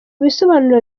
bisobanuro